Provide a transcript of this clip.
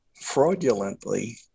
fraudulently